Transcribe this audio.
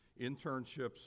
internships